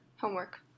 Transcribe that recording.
Homework